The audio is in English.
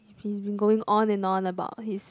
he's been going on and on about his